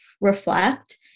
reflect